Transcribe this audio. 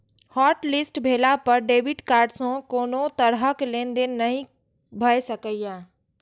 hotlist भेला पर debit card सं कोनो तरहक लेनदेन नहि भए सकैए